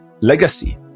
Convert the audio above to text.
legacy